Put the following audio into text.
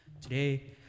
Today